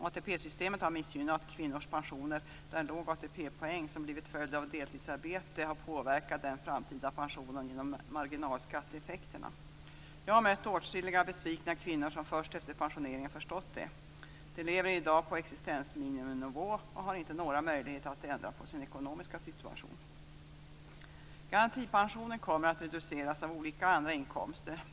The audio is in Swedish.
ATP-systemet har missgynnat kvinnors pensioner där låg ATP-poäng som blivit följd av ett deltidsarbete har påverkat den framtida pensionen genom marginalskatteeffekterna. Jag har mött åtskilliga besvikna kvinnor som först efter pensioneringen har förstått det. De lever i dag på existensminimumnivå och har inte några möjligheter att ändra på sin ekonomiska situation. Garantipensionen kommer att reduceras av olika andra inkomster.